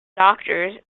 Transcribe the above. doctors